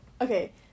okay